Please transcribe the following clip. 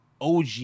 OG